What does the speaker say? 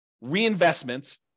reinvestment